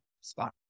spot